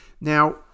Now